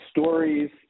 stories